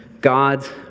God's